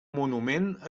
monument